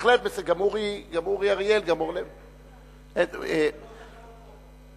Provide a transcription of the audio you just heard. חוק הנוער (טיפול והשגחה) (תיקון מס' 18),